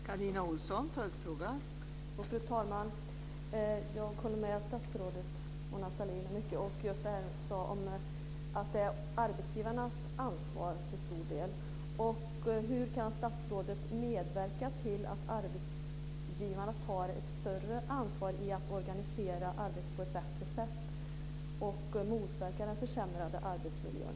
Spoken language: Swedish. Fru talman! Jag håller med statsrådet Mona Sahlin om att det till stor del är arbetsgivarnas ansvar. Hur kan statsrådet medverka till att arbetsgivarna tar ett större ansvar i att organisera arbetet på ett bättre sätt och motverka den försämrade arbetsmiljön?